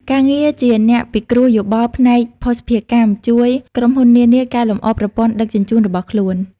ការងារជាអ្នកពិគ្រោះយោបល់ផ្នែកភស្តុភារកម្ម ជួយក្រុមហ៊ុននានាកែលម្អប្រព័ន្ធដឹកជញ្ជូនរបស់ខ្លួន។